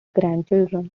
grandchildren